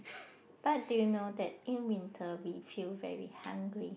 but do you know that in winter we feel very hungry